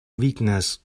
weakness